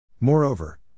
Moreover